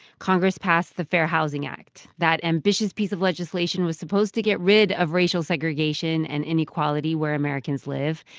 congress passed the fair housing act. that ambitious piece of legislation was supposed to get rid of racial segregation and inequality where americans live.